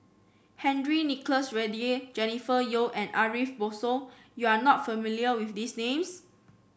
Henry Nicholas Ridley Jennifer Yeo and Ariff Bongso you are not familiar with these names